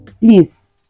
Please